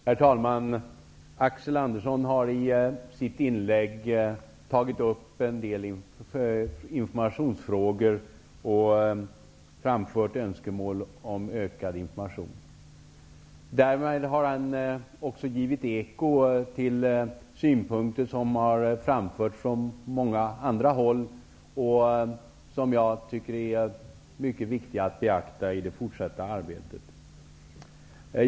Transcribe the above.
Herr talman! Axel Andersson har i sitt inlägg tagit upp en del informationsfrågor och framfört önskemål om ökad information. Därmed har han givit eko till synpunkter som har framförts från många andra håll och som jag tycker det är viktigt att beakta i det fortsatta arbetet.